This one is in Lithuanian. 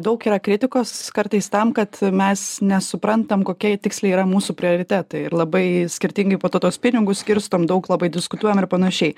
daug yra kritikos kartais tam kad mes nesuprantam kokie tiksliai yra mūsų prioritetai ir labai skirtingai po to tuos pinigus skirstom daug labai diskutuojam ir panašiai